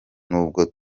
nubwo